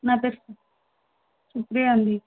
నా పేరు సుప్రియ అండి